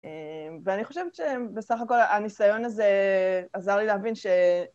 ואני חושבת שבסך הכל הניסיון הזה עזר לי להבין ש...